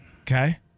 Okay